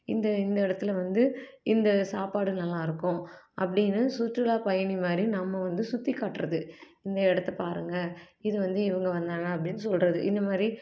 இந்த இந்த இடத்துல வந்து இந்த சாப்பாடு நல்லா இருக்கும் அப்படின்னு சுற்றுலாப்பயணி மாதிரி நம்ம வந்து சுற்றி காட்டுறது இந்த இடத்த பாருங்கள் இது வந்து இவங்க வந்தாங்க அப்படின்னு சொல்லுறது இந்த மாதிரி